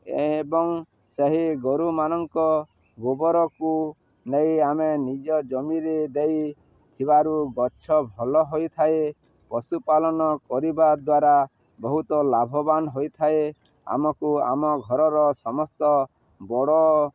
ଏବଂ ସେହି ଗୋରୁମାନଙ୍କ ଗୋବରକୁ ନେଇ ଆମେ ନିଜ ଜମିରେ ଦେଇଥିବାରୁ ଗଛ ଭଲ ହୋଇଥାଏ ପଶୁପାଳନ କରିବା ଦ୍ୱାରା ବହୁତ ଲାଭବାନ ହୋଇଥାଏ ଆମକୁ ଆମ ଘରର ସମସ୍ତ ବଡ଼